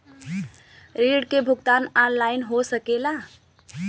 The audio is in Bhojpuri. ऋण के भुगतान ऑनलाइन हो सकेला?